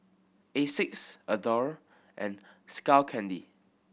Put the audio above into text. Asics Adore and Skull Candy